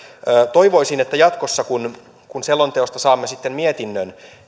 toivoisin että jatkossa kun kun selonteosta saamme sitten mietinnön